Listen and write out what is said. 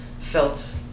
felt